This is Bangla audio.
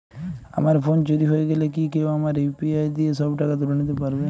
আমার ফোন চুরি হয়ে গেলে কি কেউ আমার ইউ.পি.আই দিয়ে সব টাকা তুলে নিতে পারবে?